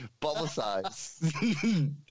publicize